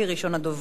ראשון הדוברים,